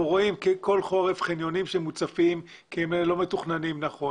אנחנו רואים חניונים שמוצפים כל חורף כי הם לא מתוכננים נכון,